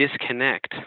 disconnect